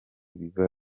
biba